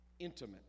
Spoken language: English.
intimate